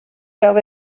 fell